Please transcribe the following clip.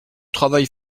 travail